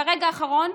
ברגע האחרון,